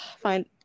fine